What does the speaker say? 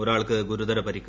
ഒരാൾക്ക് ഗുരുതര പരിക്ക്